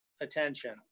attention